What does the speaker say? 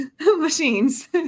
machines